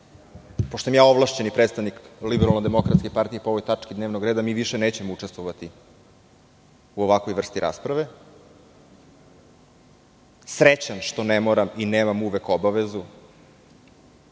Pošto sam ja ovlašćeni predstavnika LDP po ovoj tački dnevnog reda, mi više nećemo učestvovati u ovakvoj vrsti rasprave, srećan što ne moram i nemam uvek obavezu